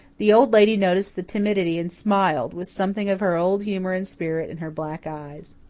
the old lady noticed the timidity and smiled, with something of her old humour and spirit in her black eyes.